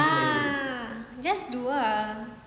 tak lah just do ah